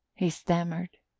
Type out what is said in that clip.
he stammered.